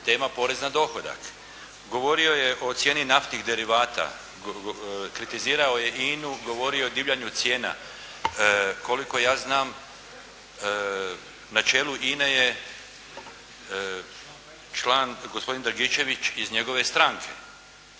tema porez na dohodak. Govorio je o cijeni naftnih derivata. Kritizirao je INA-u, govorio je o divljanju cijena. Koliko ja znam na čelu INA-e je član gospodin Dragičević iz njegove stranke.